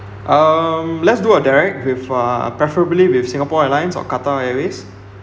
um let's do a direct with uh preferably with singapore airlines or Qatar airways